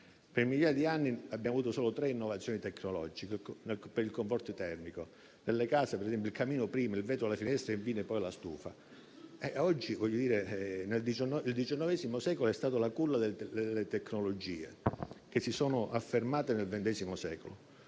Per migliaia di anni abbiamo avuto solo tre innovazioni tecnologiche per il *confort* termico: nelle case, per esempio, prima il camino, poi il vetro alle finestre e infine la stufa. Il XIX secolo è stato la culla delle tecnologie, che si sono affermate nel XX secolo,